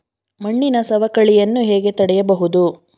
ಮಣ್ಣಿನ ಸವಕಳಿಯನ್ನು ಹೇಗೆ ತಡೆಯಬಹುದು?